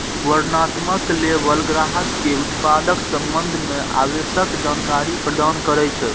वर्णनात्मक लेबल ग्राहक कें उत्पादक संबंध मे आवश्यक जानकारी प्रदान करै छै